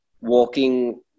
walking